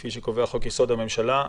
כפי שקובע חוק-יסוד: הממשלה.